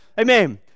Amen